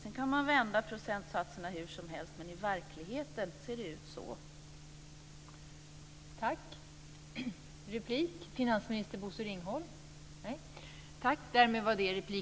Sedan kan man vända procentsatserna hur som helst, men i verkligheten ser det ut så här.